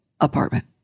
apartment